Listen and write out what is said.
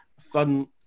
fun